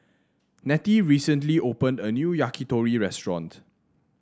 Nettie recently opened a new Yakitori Restaurant